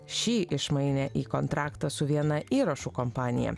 šį išmainė į kontraktą su viena įrašų kompanija